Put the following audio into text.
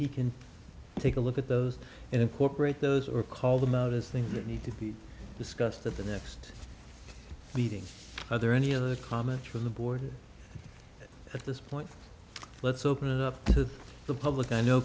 he can take a look at those and incorporate those or call them out as things that need to be discussed at the next meeting are there any other comments from the board at this point let's open it up to the public i know